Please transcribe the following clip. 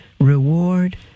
reward